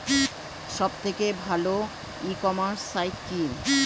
সব থেকে ভালো ই কমার্সে সাইট কী?